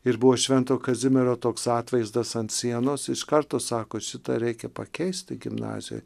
ir buvo švento kazimiero toks atvaizdas ant sienos iš karto sako šitą reikia pakeisti gimnazijoj